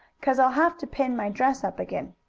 cause i'll have to pin my dress up again.